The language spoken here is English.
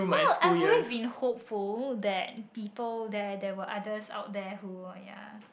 well I always be hopeful that people there there were others out there who are ya